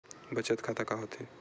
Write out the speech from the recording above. बचत खाता का होथे?